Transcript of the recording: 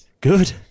good